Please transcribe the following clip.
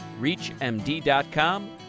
reachmd.com